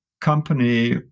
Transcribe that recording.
Company